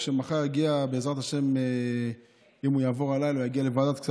אלא אפילו אתם מכניסים איזה סעיף שאם לא יצביעו בעד העברת תקציב,